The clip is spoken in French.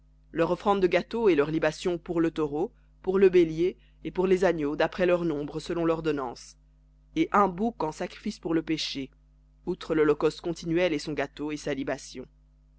leur offrande de gâteau et leurs libations pour les taureaux pour les béliers et pour les agneaux d'après leur nombre selon lordonnance et un bouc en sacrifice pour le péché outre l'holocauste continuel et son gâteau et sa libation